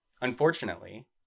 Unfortunately